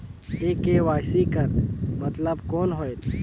ये के.वाई.सी कर मतलब कौन होएल?